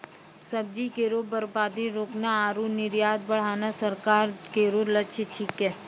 सब्जी केरो बर्बादी रोकना आरु निर्यात बढ़ाना सरकार केरो लक्ष्य छिकै